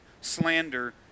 slander